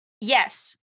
Yes